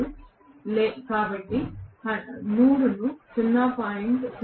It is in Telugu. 02 కాబట్టి 100 ను 0